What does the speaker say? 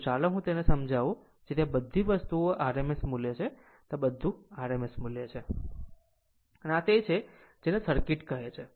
તો ચાલો હું તેને સમજાવું જેથી આ બધી વસ્તુઓ rms મુલ્ય છે આ બધા rms મુલ્ય છે અને આ તે છે જેને સર્કિટ કહે છે